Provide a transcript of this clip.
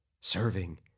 serving